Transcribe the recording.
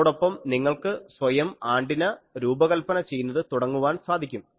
അതോടൊപ്പം നിങ്ങൾക്ക് സ്വയം ആൻറിന രൂപകല്പന ചെയ്യുന്നത് തുടങ്ങുവാൻ സാധിക്കും